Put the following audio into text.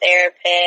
therapist